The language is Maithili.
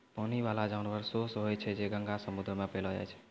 पानी बाला जानवर सोस होय छै जे गंगा, समुन्द्र मे पैलो जाय छै